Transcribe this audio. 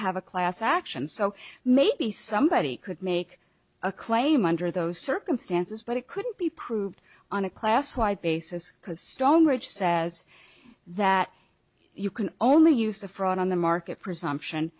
have a class action so maybe somebody could make a claim under those circumstances but it couldn't be proved on a class wide basis because strong ridge says that you can only use a fraud on the market presumption